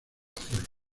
azul